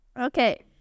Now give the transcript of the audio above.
Okay